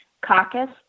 caucus